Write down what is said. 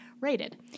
rated